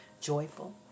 Joyful